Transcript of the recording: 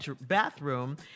bathroom